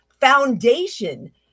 foundation